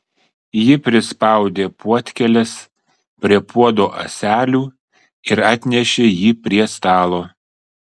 ji prispaudė puodkėles prie puodo ąselių ir atnešė jį prie stalo